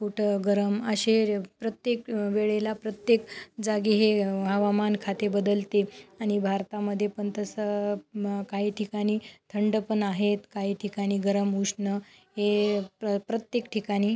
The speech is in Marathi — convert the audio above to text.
कुठं गरम असे प्रत्येक वेळेला प्रत्येक जागी हे हवामान खाते बदलते आणि भारतामध्ये पण तसं म काही ठिकाणी थंड पण आहेत काही ठिकाणी गरम उष्ण हे प्र प्रत्येक ठिकाणी